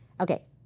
Okay